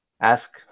ask